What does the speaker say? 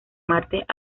martes